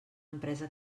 empresa